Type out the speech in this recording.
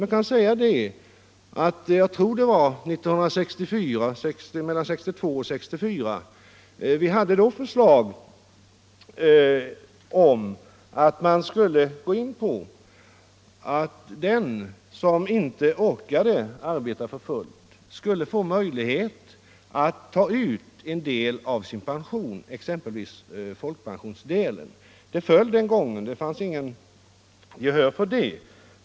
Någon gång mellan 1962 och 1964 framlades förslag om att den som inte orkade arbeta för fullt skulle få möjlighet att ta ut en del av sin pension, exempelvis folkpensionsdelen, men det förslaget vann då inget gehör.